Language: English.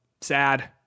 sad